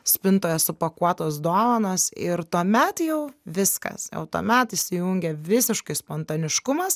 spintoje supakuotos dovanos ir tuomet jau viskas jau tuomet įsijungia visiškai spontaniškumas